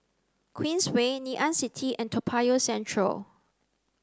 Queensway Ngee Ann City and Toa Payoh Central